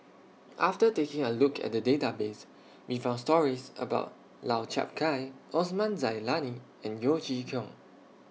after taking A Look At The Database We found stories about Lau Chiap Khai Osman Zailani and Yeo Chee Kiong